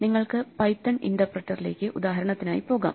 നിങ്ങൾക്ക് പൈത്തൺ ഇന്റർപ്രെറ്ററിലേക്ക് ഉദാഹരണത്തിനായി പോകാം